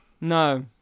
no